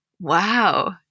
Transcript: Wow